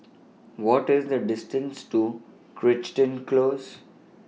What IS The distance to Crichton Close